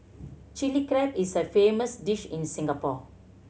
Chilli Crab is a famous dish in Singapore